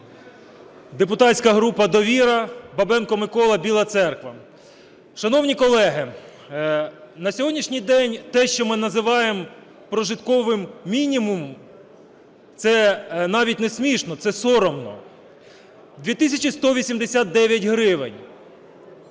Депутатська група "Довіра", Бабенко Микола, Біла Церква. Шановні колеги, на сьогоднішній день те, що ми називаємо прожитковим мінімумом, – це навіть не смішно, це соромно – 2 тисячі 189 гривень,